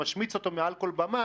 שמשמיץ אותו מעל כל במה,